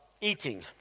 eating